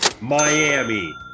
Miami